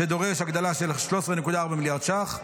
שדורש הגדלה של 13.4 מיליארד ש"ח,